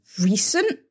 recent